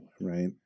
right